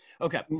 okay